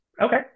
Okay